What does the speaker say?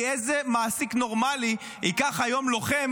כי איזה מעסיק נורמלי ייקח היום לוחם